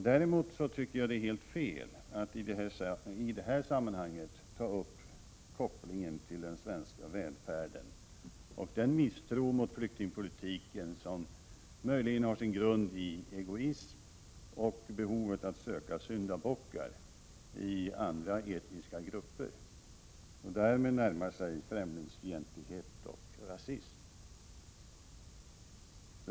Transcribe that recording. Däremot tycker jag att det är helt fel att i detta sammanhang ta upp kopplingen till den svenska välfärden och den misstro mot flyktingpolitiken som möjligen har sin grund i egoism och i behovet att söka syndabockar i andra etniska grupper och därmed närma sig främlingsfientlighet och rasism.